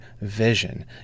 vision